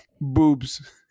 boobs